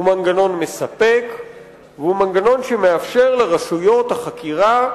הוא מנגנון מספק והוא מנגנון שמאפשר לרשויות החקירה,